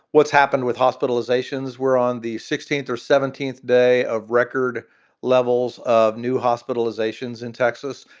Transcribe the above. what's happened with hospitalizations were on the sixteenth or seventeenth day of record levels of new hospitalizations in texas.